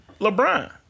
LeBron